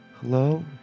Hello